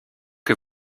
que